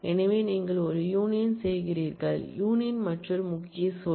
எனவே நீங்கள் ஒரு யூனியன்செய்கிறீர்கள் யூனியன்மற்றொரு முக்கிய சொல்